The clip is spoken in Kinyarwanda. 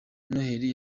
noheli